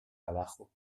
abajo